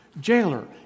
jailer